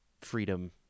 freedom